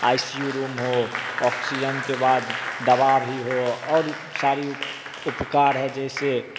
आई C U room हो oxygen के बाद दवा भी हो और सारी उपकार है जैसे